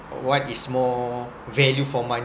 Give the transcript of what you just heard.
what is more value for money